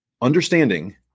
Understanding